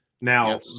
Now